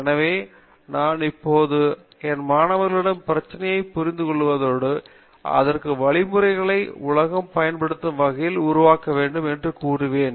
எனவே நான் எப்போதும் என் மாணவர்களிடம் பிரச்சனையை புரிந்துகொள்வதோடு அதற்கான வழிமுறைகளை உலகம் பயன்படுத்தும் வகையில் உருவாக்க வேண்டும் என்று கூறுவேன்